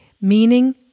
Meaning